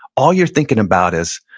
all you're thinking about is,